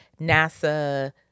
NASA